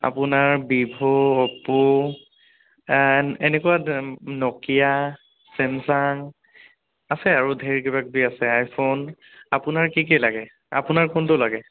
আপোনাৰ Vivo Oppo and এনেকুৱা Nokia Samsung আছে আৰু ধেৰ কিবাকিবি আছে আই ফোন আপোনাৰ কি কি লাগে আপোনাক কোনটো লাগে